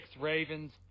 Ravens